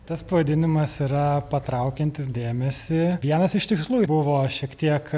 tas pavadinimas yra patraukiantis dėmesį vienas iš tikslų buvo šiek tiek